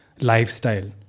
lifestyle